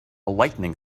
lightening